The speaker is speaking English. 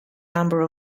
number